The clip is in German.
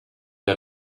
der